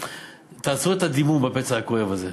תעצרו את הדימום בפצע הכואב הזה.